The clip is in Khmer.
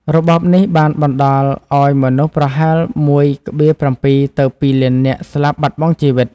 របបនេះបានបណ្តាលឱ្យមនុស្សប្រហែល ១,៧ ទៅ ២ លាននាក់ស្លាប់បាត់បង់ជីវិត។